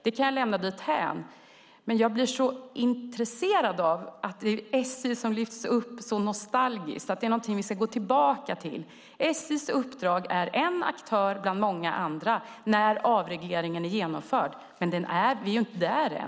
Det kan jag lämna dithän, men jag blir så intresserad när SJ lyfts upp så nostalgiskt, som någonting vi ska gå tillbaka till. SJ:s uppdrag är att vara en aktör bland många andra när avregleringen är genomförd. Men vi är inte där än.